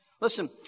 Listen